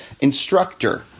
instructor